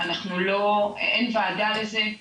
אין ועדה לזה,